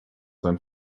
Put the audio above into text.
sein